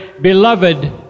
beloved